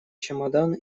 чемодан